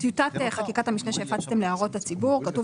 טיוטת חקיקת המשנה שהפצתם להערות הציבור כתוב